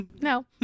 no